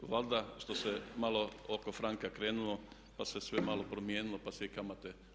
Valjda što se malo oko franka krenulo, pa se sve malo promijenilo, pa se i kamate.